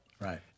Right